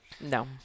No